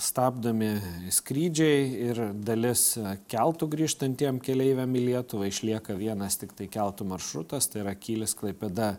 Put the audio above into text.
stabdomi skrydžiai ir dalis keltų grįžtantiem keleiviam į lietuvą išlieka vienas tiktai keltų maršrutas tai yra kylis klaipėda